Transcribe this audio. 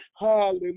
Hallelujah